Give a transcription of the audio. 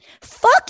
Fuck